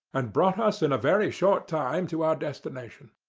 and brought us in a very short time to our destination.